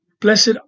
Blessed